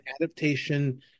adaptation